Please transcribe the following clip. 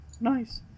Nice